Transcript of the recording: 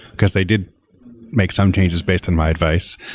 because they did make some changes based on my advice.